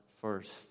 first